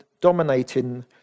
dominating